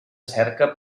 cerca